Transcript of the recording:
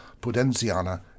Pudenziana